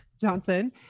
Johnson